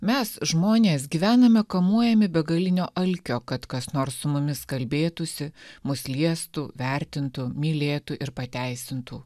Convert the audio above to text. mes žmonės gyvename kamuojami begalinio alkio kad kas nors su mumis kalbėtųsi mus liestų vertintų mylėtų ir pateisintų